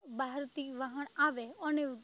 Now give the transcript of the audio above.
બહારથી વાહન આવે અને